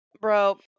Bro